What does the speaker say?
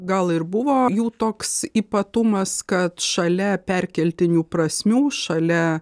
gal ir buvo jų toks ypatumas kad šalia perkeltinių prasmių šalia